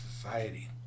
society